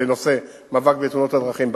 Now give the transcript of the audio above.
לנושא המאבק בתאונות הדרכים.